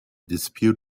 dispute